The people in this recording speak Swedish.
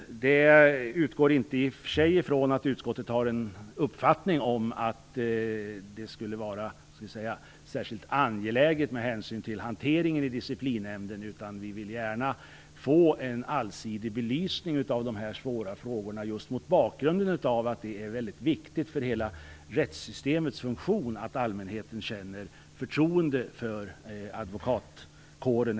Yrkandet utgår i och för sig inte från en uppfattning från utskottets sida att detta skulle vara särskilt angeläget med hänsyn till hanteringen i disciplinnämnden. Vi vill gärna få en allsidig belysning av de här svåra frågorna mot bakgrund av att det är mycket viktigt för hela rättssystemets funktion att allmänheten känner förtroende för advokatkåren.